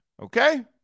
Okay